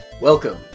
Welcome